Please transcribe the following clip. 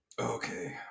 Okay